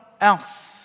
else